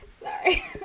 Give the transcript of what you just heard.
Sorry